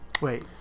Wait